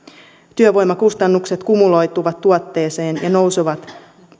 työvoimakustannukset kumuloituvat tuotteeseen ja nousevat